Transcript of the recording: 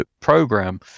program